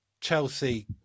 Chelsea